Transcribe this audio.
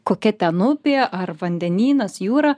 kokia ten upė ar vandenynas jūra